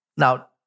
Now